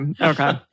okay